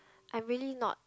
I am really not